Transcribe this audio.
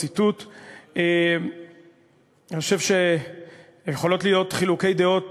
אני חושב שיכולים להיות חילוקי דעות,